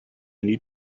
need